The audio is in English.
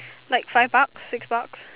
like five bucks six bucks